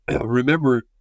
remember